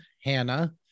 Hannah